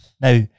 Now